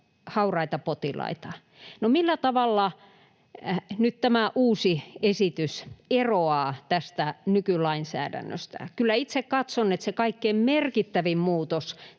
hauraita potilaita. No, millä tavalla tämä uusi esitys nyt eroaa nykylainsäädännöstä? Kyllä itse katson, että se kaikkein merkittävin muutos